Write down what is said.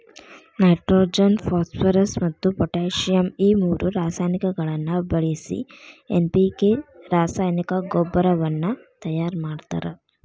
nitrogen phosphorus ಮತ್ತ್ potassium ಈ ಮೂರು ರಾಸಾಯನಿಕಗಳನ್ನ ಬಳಿಸಿ ಎನ್.ಪಿ.ಕೆ ರಾಸಾಯನಿಕ ಗೊಬ್ಬರವನ್ನ ತಯಾರ್ ಮಾಡ್ತಾರ